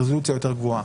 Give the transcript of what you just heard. ברזולוציה יותר גבוהה.